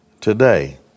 today